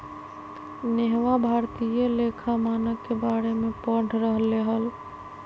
नेहवा भारतीय लेखा मानक के बारे में पढ़ रहले हल